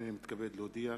הנני מתכבד להודיע,